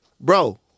bro